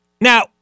Now